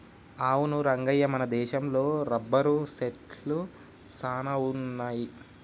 అవును రంగయ్య మన దేశంలో రబ్బరు సెట్లు సాన వున్నాయి